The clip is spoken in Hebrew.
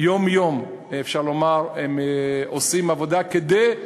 יום-יום הם עושים עבודה כדי,